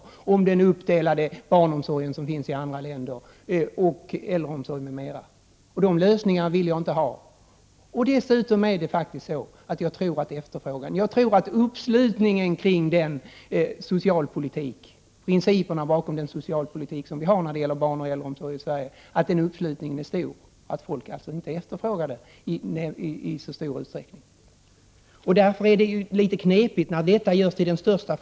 Det har talats om den uppdelade barnomsorg, äldreomsorg m.m. som finns i andra länder. De lösningarna vill jag inte ha! Dessutom tror jag faktiskt att uppslutningen kring principerna för den socialpolitik när det gäller barnoch äldreomsorgen som vi har i Sverige är stor och att folk alltså inte efterfrågar alternativa lösningar i särskilt stor utsträckning. Därför är det litet knepigt när dessa frågor blir de största.